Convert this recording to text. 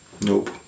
Nope